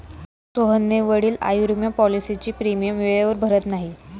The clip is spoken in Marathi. सोहनचे वडील आयुर्विमा पॉलिसीचा प्रीमियम वेळेवर भरत नाहीत